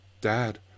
Dad